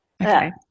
Okay